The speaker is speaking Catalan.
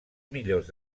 millors